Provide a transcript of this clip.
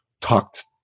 talked